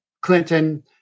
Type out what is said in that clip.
Clinton